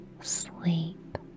sleep